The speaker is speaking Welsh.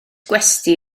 gwesty